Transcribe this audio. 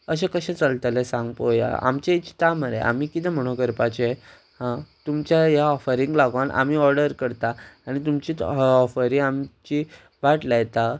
अशें कशें चलतलें सांग पोव्या आमचे चिंता मरे आमी कितें म्हणो करपाचें हां तुमच्या ह्या ऑफरींक लागोन आमी ऑर्डर करता आनी तुमची ऑफरी आमची वाट लायता